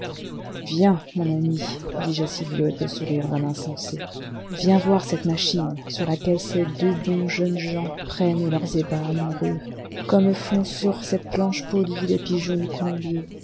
viens mon ami dis-je à sylvio avec le sourire d'un insensé viens voir cette machine sur laquelle ces deux bons jeunes gens prennent leurs ébats amoureux comme font sur cette planche polie les pigeons du colombier